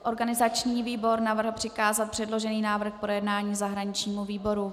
Organizační výbor navrhl přikázat předložený návrh k projednání zahraničnímu výboru.